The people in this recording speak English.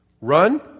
Run